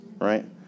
right